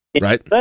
Right